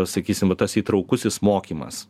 sakysim va tas įtraukusis mokymas